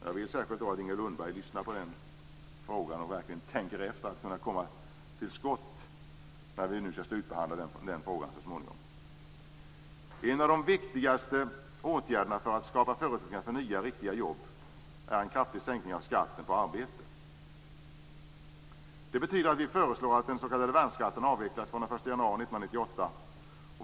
Jag vill särskilt att Inger Lundberg lyssnar till den frågan och verkligen tänker efter, för att vi skall kunna komma till skott när vi så småningom skall slutbehandla den frågan. En av de viktigaste åtgärderna för att skapa förutsättningar för nya riktiga jobb är en kraftig sänkning av skatten på arbete. Det betyder att vi föreslår att den s.k. värnskatten avvecklas från den 1 januari 1998.